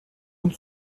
uns